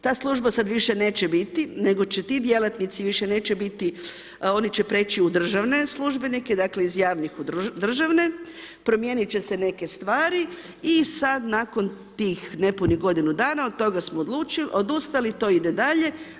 Ta služba sada više neće biti, nego će ti djelatnici, više neće biti, oni će preći u državne službenike, dakle, iz javnih u državne, promijeniti će se neke stvari i sad nakon tih nepunih godinu dana od toga smo odustali, to ide dalje.